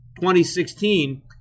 2016